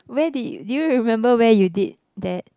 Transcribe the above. where did do you remember where you did that